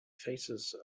faces